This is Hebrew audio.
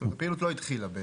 בעצם, הפעילות לא התחילה.